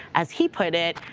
as he put it,